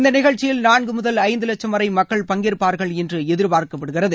இந்த நிகழ்ச்சியில் நாள்கு முதல் ஐந்து வட்சும் வரை மக்கள் பங்கேற்பார்கள் என்று பதிர்பார்க்கப்படுகிறது